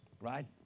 right